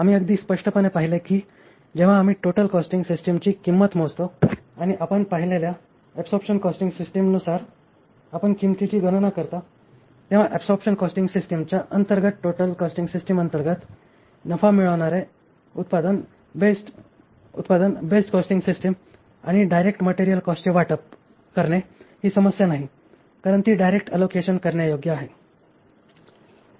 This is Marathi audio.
आम्ही अगदी स्पष्टपणे पाहिले आहे की जेव्हा आम्ही टोटल कॉस्टिंग सिस्टिमची किंमत मोजतो आणि आपण पाहिलेल्या ऍबसॉरबशन कॉस्टिंग सिस्टिमनुसार आपण किंमतीची गणना करता तेव्हा ऍबसॉरबशन कॉस्टिंग सिस्टिमच्या अंतर्गत टोटल कॉस्टिंग सिस्टिम अंतर्गत नफा मिळवणारे उत्पादन बेस्ड कॉस्टिंग सिस्टम आणि डायरेक्ट मटेरियल कॉस्टचे वाटप करणे ही समस्या नाही कारण ती डायरेक्ट अलोकेशन करण्यायोग्य आहे